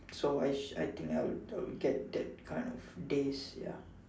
so I think I will I will get that kind of days ya